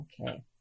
Okay